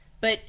But-